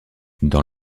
dans